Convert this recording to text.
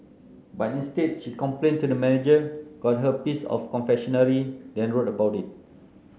but instead she complained to the manager got her piece of confectionery then wrote about it